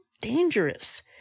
dangerous